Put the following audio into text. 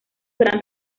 gran